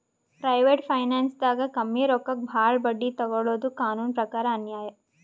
private ಫೈನಾನ್ಸ್ದಾಗ್ ಕಮ್ಮಿ ರೊಕ್ಕಕ್ ಭಾಳ್ ಬಡ್ಡಿ ತೊಗೋಳಾದು ಕಾನೂನ್ ಪ್ರಕಾರ್ ಅನ್ಯಾಯ್